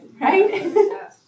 Right